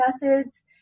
methods